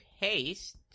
haste